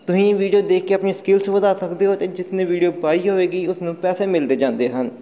ਤੁਸੀਂ ਵੀਡੀਓ ਦੇਖ ਕੇ ਆਪਣੀ ਸਕਿਲਸ ਵਧਾ ਸਕਦੇ ਹੋ ਅਤੇ ਜਿਸ ਨੇ ਵੀਡੀਓ ਪਾਈ ਹੋਵੇਗੀ ਉਸ ਨੂੰ ਪੈਸੇ ਮਿਲਦੇ ਜਾਂਦੇ ਹਨ